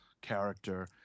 character